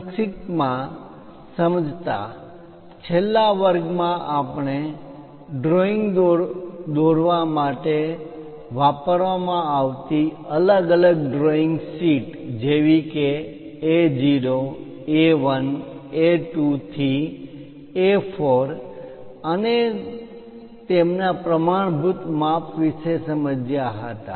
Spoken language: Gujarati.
સંક્ષિપ્તમાં સમજતા છેલ્લા વર્ગમાં આપણે ડ્રોઈંગ દોરવા માટે વાપરવામાં આવતી અલગ અલગ ડ્રોઇંગ શીટ જેવી કે A0 A1 A2 થી A4 અને તેમના પ્રમાણભૂત માપ વિશે સમજ્યા હતા